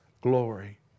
glory